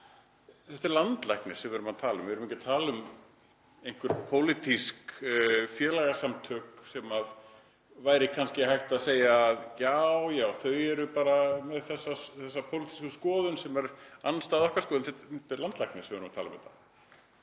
Þetta er landlæknir sem við erum að tala um. Við erum ekki að tala um einhver pólitísk félagasamtök sem væri hægt að segja um: Já, já, þau eru bara með þessa pólitísku skoðun sem er andstæð okkar skoðun. Það er landlæknir sem er að tala um þetta